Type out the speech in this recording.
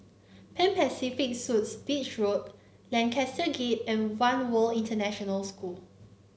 Pan Pacific Suites Beach Road Lancaster Gate and One World International School